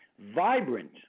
vibrant